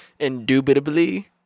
Indubitably